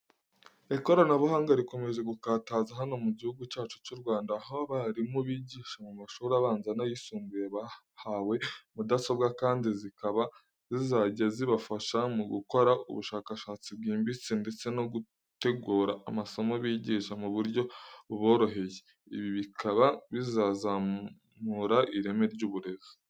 Ikoranabuhanga rikomeje gukataza hano mu gihugu cyacu cy'u Rwanda, aho abarimu bigisha mu mashuri abanza n'ayisumbuye bahawe mudasobwa kandi zikaba zizajya zibafasha mu gukora ubushakashatsi bwimbitse ndetse no gutegura amasomo bigisha mu buryo buboroheye. Ibi bikaba bizazamura ireme ry'uburezi.